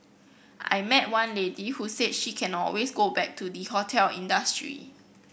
I met one lady who said she can always go back to the hotel industry